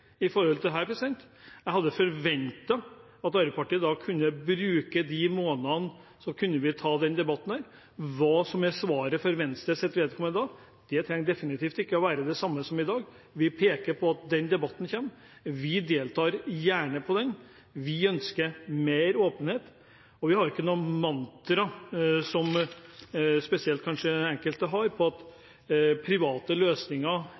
at vi så kunne ta debatten her. Hva som blir svaret for Venstres vedkommende da, trenger definitivt ikke å være det samme som i dag. Vi peker på at debatten kommer, og vi deltar gjerne i den. Vi ønsker mer åpenhet, og vi har ikke noe mantra, som kanskje spesielt enkelte har, om at private løsninger